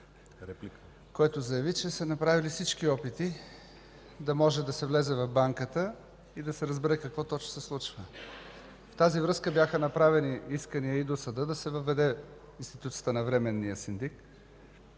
който заяви, че са направили всички опити да може да се влезе в Банката и да се разбере какво точно се случва. В тази връзка бяха направени искания и до съда да се въведе институцията на временния синдик